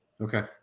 Okay